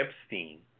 Epstein